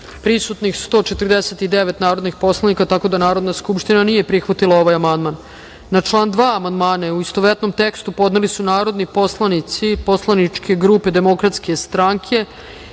prisutnih 149 narodnih poslanika. Konstatujem da Narodna skupština nije prihvatila ovaj amandman. Na član 2. amandmane u istovetnom tekstu podneli su narodni poslanici poslaničke grupe Demokratske stranke